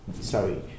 Sorry